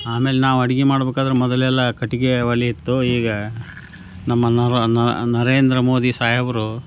ಆಮೇಲೆ ನಾವು ಅಡ್ಗೆ ಮಾಡ್ಬೇಕಾದ್ರೆ ಮೊದಲೆಲ್ಲ ಕಟ್ಟಿಗೆ ಒಲೆ ಇತ್ತು ಈಗ ನಮ್ಮ ನರೇಂದ್ರ ಮೋದಿ ಸಾಹೇಬರು